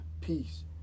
Peace